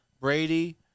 Brady—